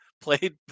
played